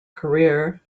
career